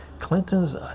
Clinton's